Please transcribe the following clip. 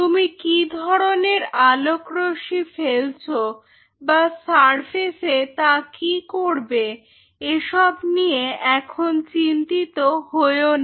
তুমি কি ধরনের আলোকরশ্মি ফেলছো বা সারফেসে তা কি করবে এসব নিয়ে এখন চিন্তিত হয়ো না